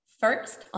first